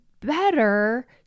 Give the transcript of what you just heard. better